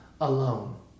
alone